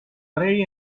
rey